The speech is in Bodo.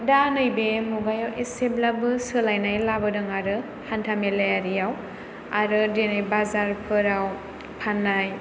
दा नैबे मुगायाव एसेब्लाबो साेलायनाय लाबोदों आरो हान्था मेलायारियाव आरो जेरै बाजारफोराव फाननाय